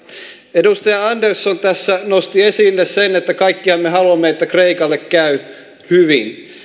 edustaja andersson nosti esille sen että kaikkihan me haluamme että kreikalle käy hyvin